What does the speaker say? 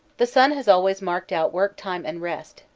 the sun has always marked out work-time and rest,